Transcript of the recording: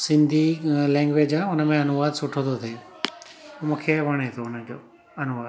Sindhi a language आहे उनमें अनुवाद सुठो थो थिए मूंखे वणे थो उनजो अनुवाद